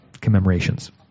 commemorations